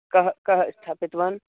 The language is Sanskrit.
कः कः स्थापितवान्